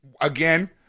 again